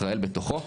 ישראל בתוכו,